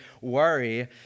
worry